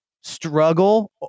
struggle